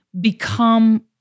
become